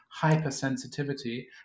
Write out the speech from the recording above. hypersensitivity